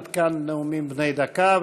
עד כאן נאומים בני דקה.